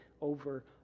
over